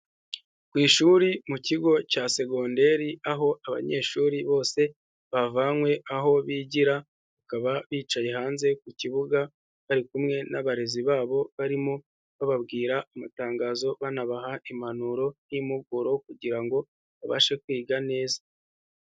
Ku ishuri mu kigo cya segonderi aho abanyeshuri bose bavanywe aho bigira, bakaba bicaye hanze ku kibuga bari kumwe n'abarezi babo barimo bababwira amatangazo, banabaha impanuro n'impuguro kugira ngo babashe kwiga neza.